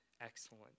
excellent